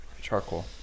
charcoal